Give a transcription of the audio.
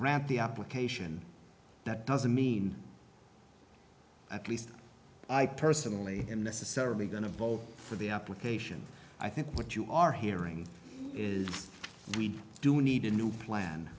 grab the application that doesn't mean at least i personally don't necessarily going to vote for the application i think what you are hearing is we do need a new plan